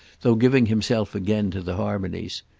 though giving himself again to the harmonies,